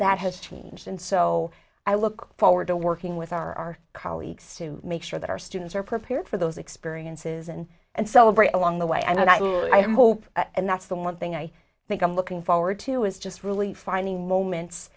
that has changed and so i look forward to working with our colleagues to make sure that our students are prepared for those experiences and and celebrate along the way and i hope and that's the one thing i think i'm looking forward to is just really finding moments